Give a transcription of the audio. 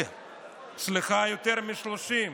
יותר מ-30.